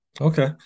Okay